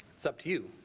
it's up to you.